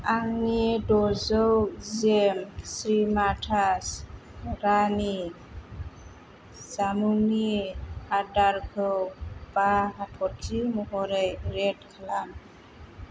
आंनि द'जौ जेम श्रिमाथास रानी जामुंनि आदारखौ बा हाथरखि महरै रेट खालाम